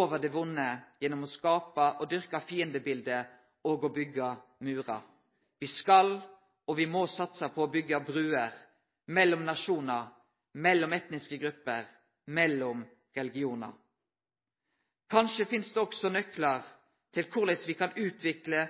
over det vonde gjennom å skape og dyrke fiendebilete og å byggje murar. Me skal og må satse på å byggje bruer – mellom nasjonar, mellom etniske grupper, mellom religionar. Kanskje finst det også nøklar til korleis me kan utvikle